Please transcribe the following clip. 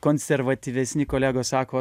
konservatyvesni kolegos sako